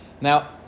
Now